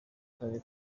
karere